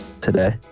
today